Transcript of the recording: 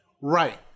Right